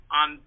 on